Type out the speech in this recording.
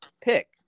pick